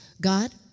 God